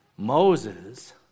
Moses